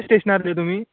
स्टेशनार न्ही तुमी